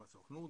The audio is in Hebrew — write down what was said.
עם הסוכנות,